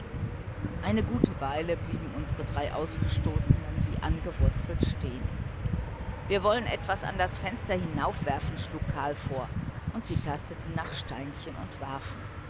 eine gute weile blieben unsere drei ausgestoßenen wie angewurzelt stehen wir wollen etwas an das fenster hinaufwerfen schlug karl vor und sie tasteten nach steinchen und warfen